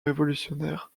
révolutionnaires